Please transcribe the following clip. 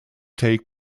take